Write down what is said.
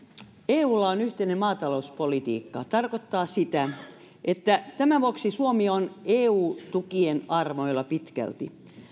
eulla on yhteinen maatalouspolitiikka mikä tarkoittaa sitä että tämän vuoksi suomi on eu tukien armoilla pitkälti